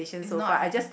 it's not